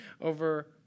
over